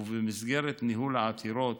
ובמסגרת ניהול העתירות,